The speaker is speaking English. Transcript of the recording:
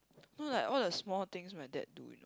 no like all the small things my dad do